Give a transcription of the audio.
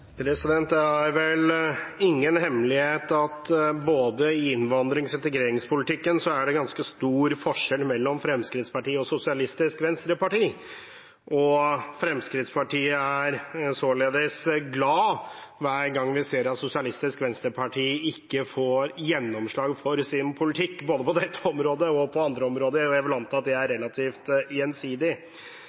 vel ingen hemmelighet at det i både innvandrings- og integreringspolitikken er ganske stor forskjell mellom Fremskrittspartiet og Sosialistisk Venstreparti, og Fremskrittspartiet er således glad hver gang vi ser at Sosialistisk Venstreparti ikke får gjennomslag for sin politikk, både på dette området og på andre områder, og jeg vil anta at det er relativt gjensidig.